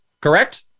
correct